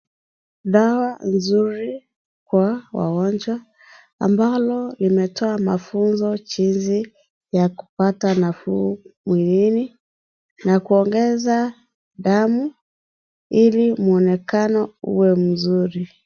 Dawa, nzuri, kwa wagonjwa, ambalo, limetoa mafunzo jinsi, ya kupata nafuu mwilini, na kuongeza damu, ili mwonekano uwe mzuri.